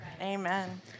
Amen